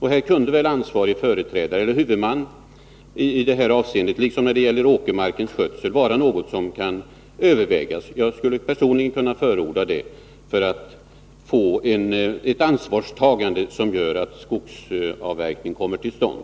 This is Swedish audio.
Här kunde väl en ansvarig företrädare eller huvudman i detta avseende liksom när det gäller åkermarkens skötsel vara något som kan övervägas. Jag skulle personligen vilja förorda detta för att få ett ansvarstagande, som gör att skogsavverkning kommer till stånd.